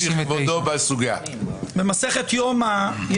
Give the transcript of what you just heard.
199. במסכת יומא,